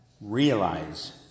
Realize